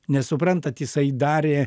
nes suprantat jisai darė